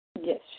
Yes